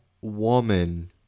woman